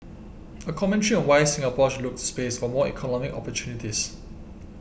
a commentary on why Singapore should look to space for more economic opportunities